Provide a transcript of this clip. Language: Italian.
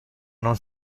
non